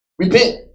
Repent